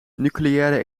nucleaire